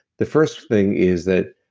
the first thing is that,